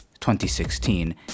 2016